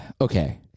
Okay